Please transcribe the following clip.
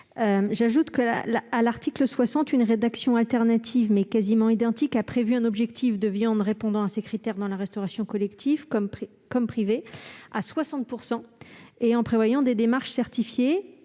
J'ajoute qu'à l'article 60 une rédaction alternative, mais quasiment identique, a prévu un objectif de viandes répondant à ces critères dans la restauration collective, comme dans la restauration privée, à hauteur de 60 %, en prévoyant des démarches certifiées